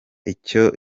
icyo